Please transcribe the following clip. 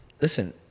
listen